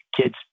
kids